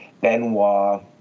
Benoit